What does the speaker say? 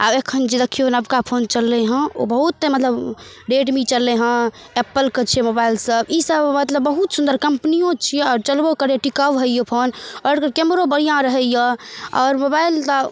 आ एखन जे देखियौ नबका फोन चललै हँ ओ बहुत मतलब रेडमी चललै हँ एप्पलके छियै मोबाइल सब ईसब मतलब बहुत सुन्दर कम्पनियो छियै आओर चलबो करै टिकाव होइ यऽ फोन आओर केमरो बढ़िया रहै यऽ आओर मोबाइल तऽ